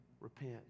repent